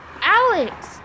Alex